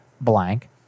blank